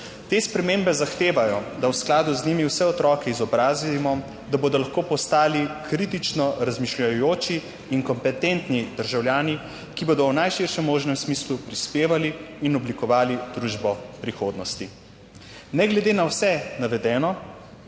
Te spremembe zahtevajo, da v skladu z njimi vse otroke izobrazimo, da bodo lahko postali kritično razmišljujoči in kompetentni državljani, ki bodo v najširšem možnem smislu prispevali in oblikovali družbo prihodnosti. Ne glede na vse navedeno